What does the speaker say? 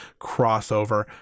crossover